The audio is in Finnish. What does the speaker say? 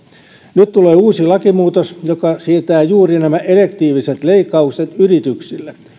nyt tulee uusi lakimuutos joka siirtää juuri nämä elektiiviset leikkaukset yrityksille